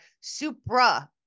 supra